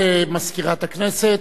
תודה למזכירת הכנסת.